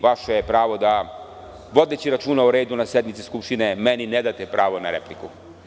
Vaše je pravo da, vodeći računa o redu na sednici Skupštine, meni ne date pravo na repliku.